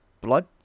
blood